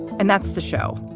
and that's the show.